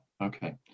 okay